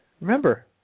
Remember